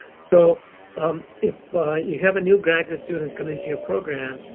so if you have a new graduate student coming to your program